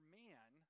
man